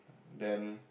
them